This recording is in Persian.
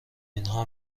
اینها